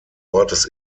ortes